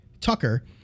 Tucker